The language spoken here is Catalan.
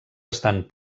estan